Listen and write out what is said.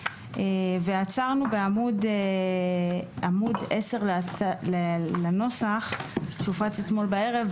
ועצרנו בעמוד 10 לנוסח שהופץ אתמול בערב,